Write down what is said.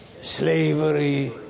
slavery